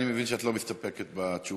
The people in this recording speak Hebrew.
אני מבין שאת לא מסתפקת בתשובה,